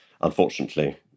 unfortunately